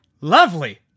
lovely